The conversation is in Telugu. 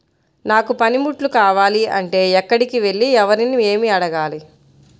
నాకు పనిముట్లు కావాలి అంటే ఎక్కడికి వెళ్లి ఎవరిని ఏమి అడగాలి?